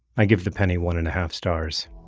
i give the penny one and a half stars